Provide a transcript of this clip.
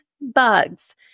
bugs